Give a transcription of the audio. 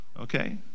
Okay